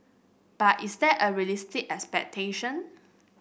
but is that a realistic expectation